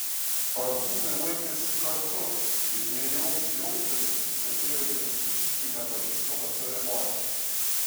prancūzai laikėsi kartu ir nejaukiai jausdamiesi stebėjo jiems visiškai nepažįstamą ceremoniją